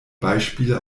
beispiele